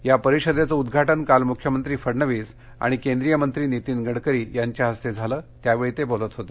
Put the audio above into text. या परिषदेचं उद्घाटन काल मुख्यमंत्री फडणविस आणि केंद्रीयमंत्री नीतीन गडकरी यांच्या हस्ते झालं त्यावेळी ते बोलत होते